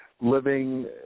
living